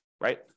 right